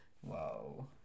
whoa